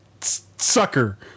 sucker